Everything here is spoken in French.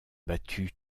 battu